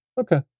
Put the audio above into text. okay